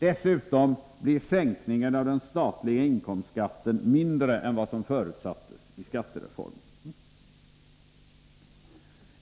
Dessutom blir sänkningen av den statliga inkomstskatten mindre än vad som förutsattes i skattereformen.